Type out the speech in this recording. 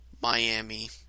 Miami